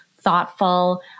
thoughtful